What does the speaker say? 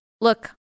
Look